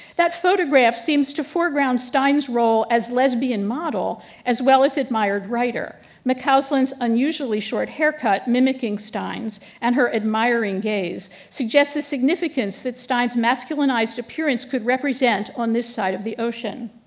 that photograph seems to foreground stein's role as lesbian model as well as admired writer. mccausland's unusually short haircut mimicking stein's and her admiring gays suggested significance that stein's masculinized appearance could represent on this side of the ocean.